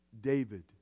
David